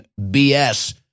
BS